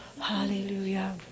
Hallelujah